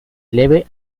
leve